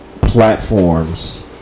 platforms